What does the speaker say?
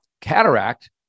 cataract